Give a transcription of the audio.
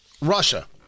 Russia